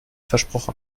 versprochen